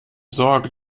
sorge